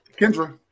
Kendra